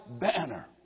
banner